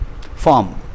form